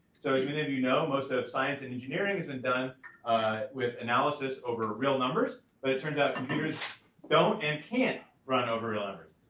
so as many of you know, most ah of science and engineering has been done with analysis over real numbers. but it turns out computers don't and can't run over real numbers.